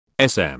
SM